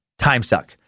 timesuck